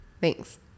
Thanks